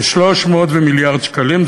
300 מיליארד שקלים,